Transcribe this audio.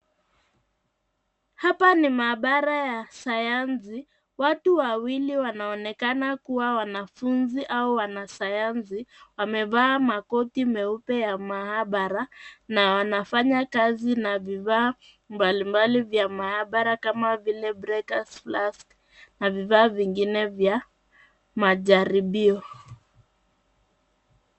Hapa ni maabara ya sayansi. Watu wawili wanaonekana kuwa wanafunzi au wanasayansi wamevaa makoti meupe ya maabara na wanafanya kazi na vifaa mbailmbali vya maabara kama vile breakers, flask na vifaa vingine vya majaribio.